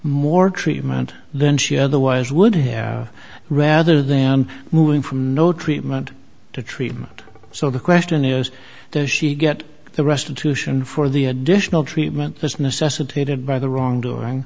more treatment then she otherwise would have rather than moving from no treatment to treatment so the question is does she get the restitution for the additional treatment business attended by the wrongdoing